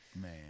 Man